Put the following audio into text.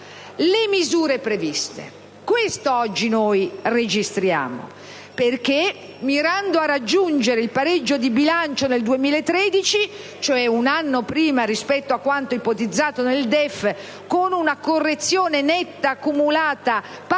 le misure previste. Questo noi oggi registriamo, perché, mirando a raggiungere il pareggio di bilancio nel 2013, cioè un anno prima rispetto a quanto ipotizzato nel DEF, con una correzione netta cumulata pari